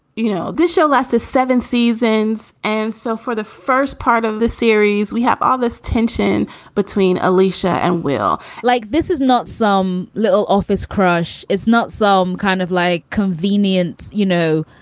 you know, this show lasted seven seasons. and so for the first part of the series, we have all this tension between alicia and will like this is not some little office crush. it's not some kind of like convenience. you know,